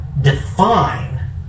define